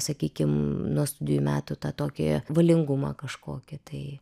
sakykim nuo studijų metų tą tokį valingumą kažkokį tai